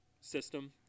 system